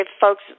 folks